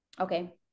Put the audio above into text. Okay